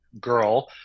girl